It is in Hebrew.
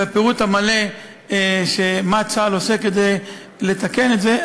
והפירוט המלא מה צה"ל עושה כדי לתקן את זה,